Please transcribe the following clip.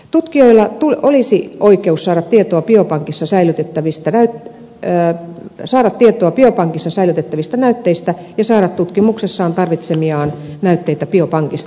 tutkijoilla olisi oikeus saada tietoa biopankissa säilytettävistävää kehää saavat tietää biopankissa säilytettävistä näytteistä ja saada tutkimuksessaan tarvitsemiaan näytteitä biopankista